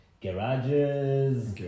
garages